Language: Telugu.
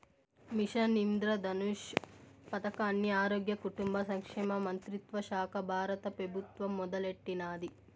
మిషన్ ఇంద్రధనుష్ పదకాన్ని ఆరోగ్య, కుటుంబ సంక్షేమ మంత్రిత్వశాక బారత పెబుత్వం మొదలెట్టినాది